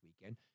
weekend